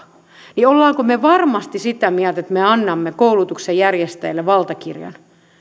ja olemmeko me varmasti sitä mieltä että me annamme koulutuksen järjestäjille valtakirjan